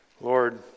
Lord